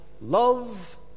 love